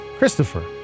Christopher